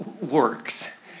works